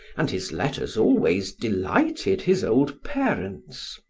and his letters always delighted his old parents.